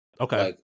okay